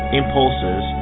impulses